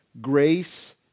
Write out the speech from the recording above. grace